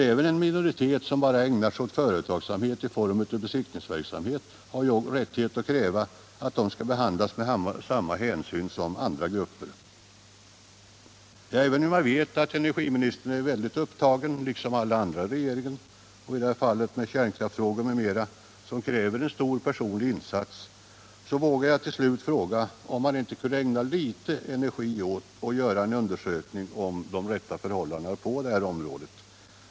Även en minoritet som bara ägnar sig åt företagsamhet i form av besiktningsverksamhet har dock rättighet att kräva att bli behandlad med samma hänsyn som andra grupper. 29 Trots att jag vet att energiministern — liksom alla andra i regeringen — är mycket upptagen, i hans fall med kärnkraftsfrågor m.m. vilka kräver stor personlig insats, vågar jag till slut fråga, om han inte också kunde ägna litet energi åt att göra en undersökning av förhållandena på det här området.